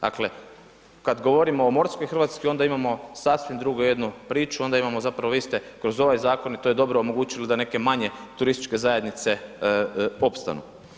Dakle, kad govorimo o morskoj RH onda imamo sasvim drugu jednu priču, onda imamo zapravo iste kroz ovaj zakon i to je dobro omogućilo da neke manje turističke zajednice opstanu.